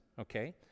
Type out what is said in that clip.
okay